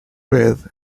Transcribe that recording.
with